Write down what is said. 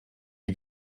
die